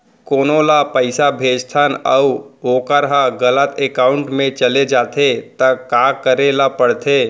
कोनो ला पइसा भेजथन अऊ वोकर ह गलत एकाउंट में चले जथे त का करे ला पड़थे?